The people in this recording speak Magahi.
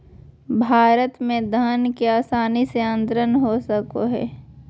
भारत भर में धन के आसानी से अंतरण हो सको हइ